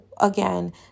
again